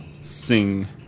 sing